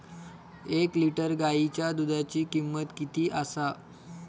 एक लिटर गायीच्या दुधाची किमंत किती आसा?